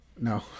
No